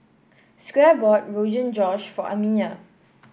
Squire bought Rogan Josh for Amiya